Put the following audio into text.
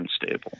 unstable